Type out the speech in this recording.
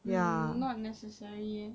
mm not necessary leh